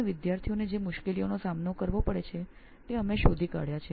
વિદ્યાર્થીઓને જે સમસ્યાનો સામનો કરવો પડે છે તે આપણે શોધી કાઢ્યું છે